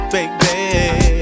Baby